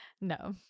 No